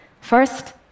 First